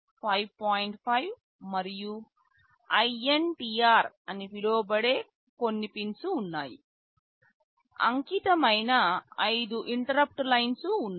5 మరియు INTR అని పిలువబడే కొన్ని పిన్స్ ఉన్నాయి అంకితమైన ఐదు ఇంటరుప్పుట్ లైన్స్ ఉన్నాయి